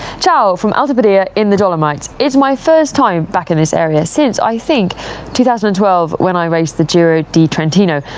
ciao from alta badia in the dolomites. it's my first time back in this area since i think two thousand and twelve when i raced the turo de trantino.